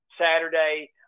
Saturday